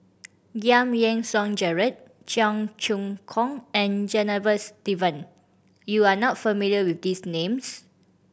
Giam Yean Song Gerald Cheong Choong Kong and Janadas Devan you are not familiar with these names